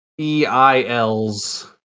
E-I-Ls